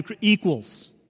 equals